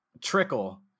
trickle